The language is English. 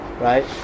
right